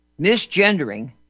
misgendering